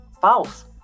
false